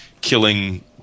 killing